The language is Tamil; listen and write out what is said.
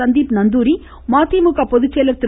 சந்தீப் நந்தூரி மதிமுக பொதுச்செயலர் திரு